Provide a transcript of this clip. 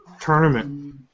tournament